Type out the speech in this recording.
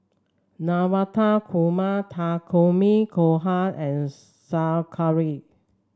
Navratan Korma Takikomi Gohan and Sauerkraut